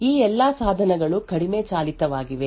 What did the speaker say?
ಈ ಎಲ್ಲಾ ಸಾಧನಗಳು ಕಡಿಮೆ ಚಾಲಿತವಾಗಿವೆ